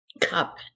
cup